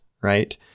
right